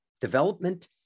development